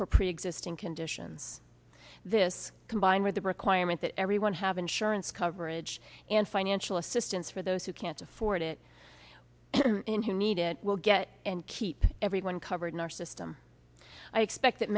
for preexisting conditions this combined with the requirement that everyone have insurance coverage and financial assistance for those who can't afford it and who need it will get and keep everyone covered in our system i expect that